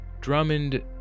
Drummond